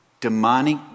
demonic